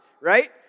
right